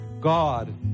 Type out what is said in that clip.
God